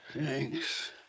Thanks